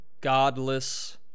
godless